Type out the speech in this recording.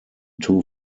two